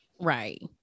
Right